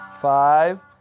Five